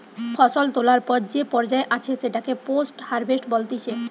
ফসল তোলার পর যে পর্যায়ে আছে সেটাকে পোস্ট হারভেস্ট বলতিছে